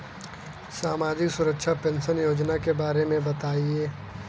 सामाजिक सुरक्षा पेंशन योजना के बारे में बताएँ?